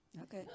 Okay